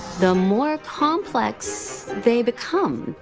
the more complex they become.